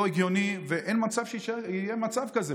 לא הגיוני ואין מצב שיהיה מצב כזה.